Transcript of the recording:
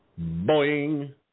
Boing